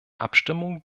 abstimmung